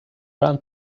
run